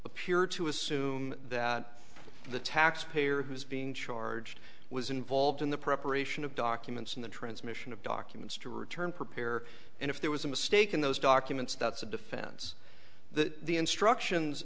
appeared to assume that the taxpayer who is being charged was involved in the preparation of documents in the transmission of documents to return prepare and if there was a mistake in those documents that's a defense that the instructions